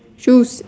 shoe